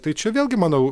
tai čia vėlgi manau